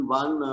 one